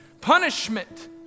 punishment